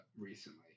recently